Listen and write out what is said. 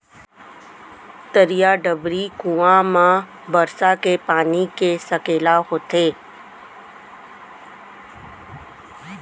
तरिया, डबरी, कुँआ म बरसा के पानी के सकेला होथे